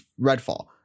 Redfall